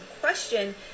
question